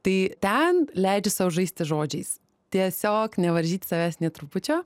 tai ten leidžiu sau žaisti žodžiais tiesiog nevaržyti savęs nė trupučio